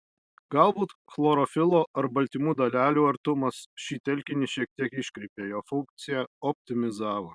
galbūt chlorofilo ar baltymų dalelių artumas šį telkinį šiek tiek iškreipė jo funkciją optimizavo